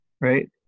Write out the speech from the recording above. right